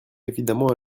évidemment